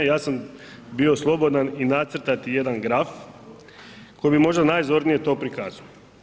Ja sam bio slobodan i nacrtati jedan graf koji bi možda najzornije to prikazao.